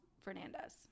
Fernandez